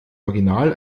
original